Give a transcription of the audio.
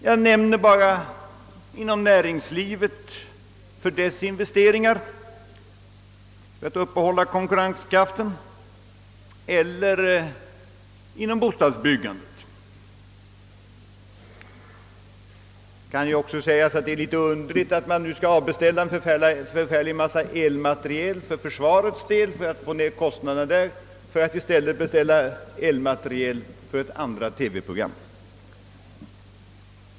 Jag nämner bara investeringar inom näringslivet för att bibehålla konkurrenskraften eller inom bostadsbyggandet. Det kan ju ickså sägas att det är litet underligt att man nu skall avbeställa en mängd elmateriel för försvaret i syfte att minska dess kostnader för att i stället kunna beställa elmateriel för ett andra TV-program.